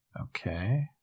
Okay